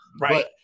right